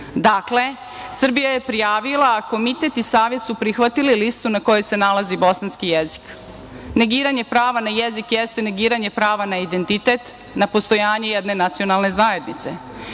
Dakle, Srbija je prijavila, a Komitet i Savet su prihvatili listu na kojoj se nalazi bosanski jezik. Negiranje prava na jezik jeste negiranje prava na identitet, na postojanje jedne nacionalne zajednice.